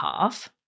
half